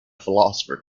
philosopher